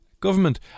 government